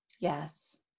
Yes